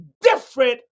different